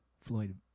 Floyd